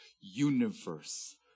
universe